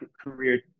career